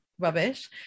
rubbish